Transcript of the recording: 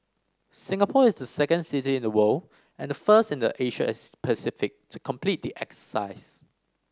Singapore is the second city in the world and the first in the Asia Pacific to complete the